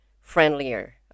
friendlier